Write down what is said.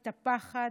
את הפחד,